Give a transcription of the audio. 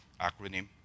acronym